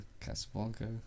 Casablanca